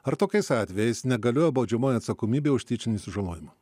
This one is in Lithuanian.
ar tokiais atvejais negalioja baudžiamoji atsakomybė už tyčinį sužalojimą